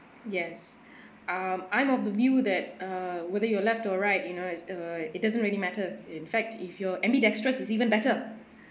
yes um I'm of the view that err whether your left or right you know it's a it doesn't really matter in fact if you're ambidextrous is even better